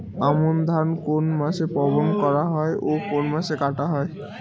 আমন ধান কোন মাসে বপন করা হয় ও কোন মাসে কাটা হয়?